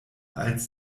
als